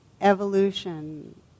evolution